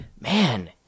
man